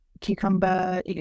Cucumber